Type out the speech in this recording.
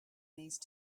these